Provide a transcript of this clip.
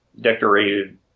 decorated